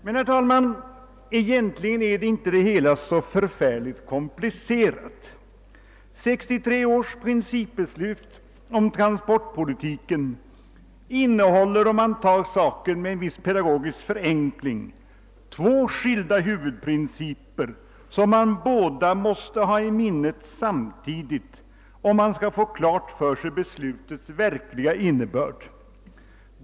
Men, herr talman, egentligen är inte det hela så särskilt komplicerat. 1963 års principbeslut om trafikpolitiken innehåller, om man tar saken med en viss pedagogisk förenkling, två skilda huvudprinciper, som man samtidigt måste ha i minnet om man skall kunna få klart för sig beslutets verkliga innebörd.